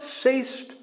ceased